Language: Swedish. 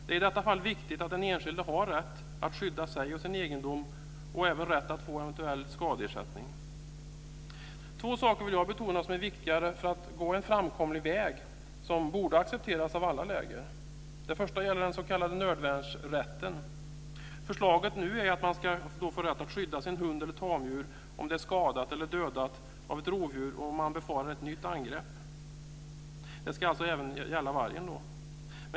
Det är i detta fall viktigt att den enskilde har rätt att skydda sig och sin egendom och även rätt att få en eventuell skadeersättning. Jag vill betona två saker som är viktiga för att man ska gå en framkomlig väg som borde accepteras av alla läger. Den första saken gäller den s.k. nödvärnsrätten. Förslaget är att man ska ha rätt att skydda sin hund eller sitt tamdjur om det är skadat eller dödat av ett rovdjur och man befarar ett nytt angrepp. Detta ska alltså även gälla vargen.